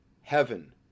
heaven